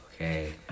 okay